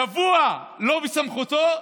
שבוע לא בסמכותו,